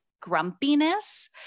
grumpiness